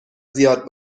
زیاد